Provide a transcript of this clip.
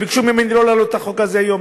שביקשו ממני לא להעלות את החוק הזה היום,